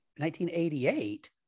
1988